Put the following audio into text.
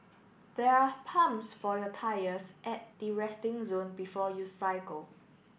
there are pumps for your tyres at the resting zone before you cycle